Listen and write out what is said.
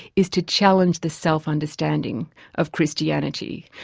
is to challenge the self understanding of christianity,